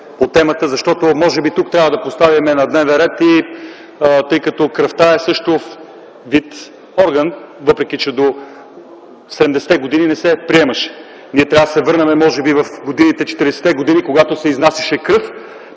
по темата, защото може би тук трябва да поставим на дневен ред въпроса за кръвта, тъй като тя също е вид орган, въпреки че до 70-те години не се приемаше. Ние трябва да се върнем може би в 40-те години, когато се изнасяше кръв,